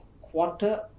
quarter